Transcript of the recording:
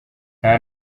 nta